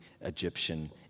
Egyptian